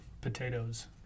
potatoes